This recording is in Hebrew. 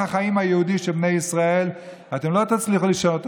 החיים היהודי של בני ישראל: אתם לא תצליחו לשנות.